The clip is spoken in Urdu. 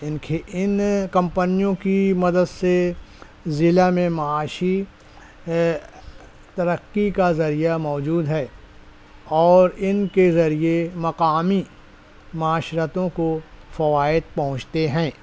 ان ان کمپنیوں کی مدد سے ضلع میں معاشی ترقی کا ذریعہ موجود ہے اور ان کے ذریعے مقامی معاشرتوں کو فوائد پہنچتے ہیں